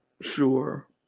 Sure